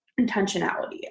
intentionality